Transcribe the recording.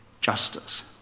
Justice